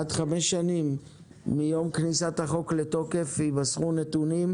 עד חמש שנים מיום כניסת החוק לתוקף יימסרו נתונים,